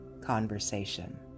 conversation